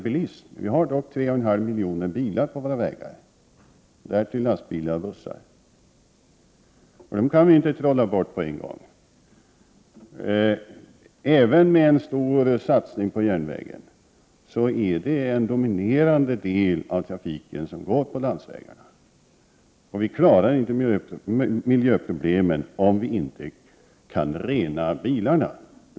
I Sverige finns det 3,5 miljoner bilar på vägarna, därtill kommer lastbilar och bussar. Vi kan inte trolla bort dem på en gång. Även en stor satsning på järnvägen innebär att en dominerande del av trafiken går på landsvägarna. Vi kommer inte att klara av miljöproblemen om vi inte kan rena bilavgaserna.